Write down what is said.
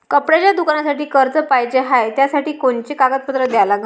कपड्याच्या दुकानासाठी कर्ज पाहिजे हाय, त्यासाठी कोनचे कागदपत्र द्या लागन?